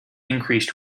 increased